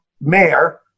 mayor